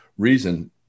reason